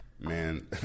Man